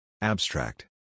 Abstract